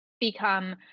become